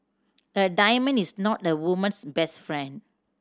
a diamond is not a woman's best friend